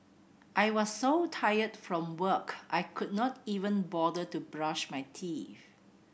I was so tired from work I could not even bother to brush my teeth